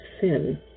sin